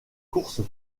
courses